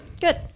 Good